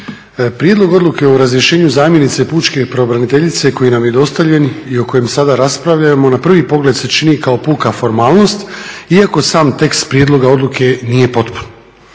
Prijedlog odluke o razrješenju zamjenice pučke pravobraniteljice koji nam je dostavljen i o kojem sada raspravljamo na prvi pogled se čini kao puka formalnost iako sam tekst prijedloga odluke nije potpun.